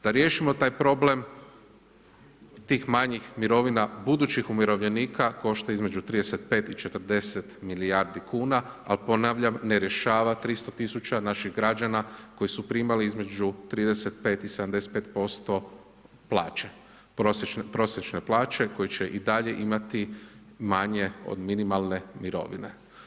Da riješimo taj problem tih manjih mirovina budućih umirovljenika košta je između 35 i 40 milijardi kuna, ali ponavljam, ne rješava 300000 naših građana koji su primali između 35 i 75% prosječne plaće koje će i dalje imati manje od minimalne mirovine.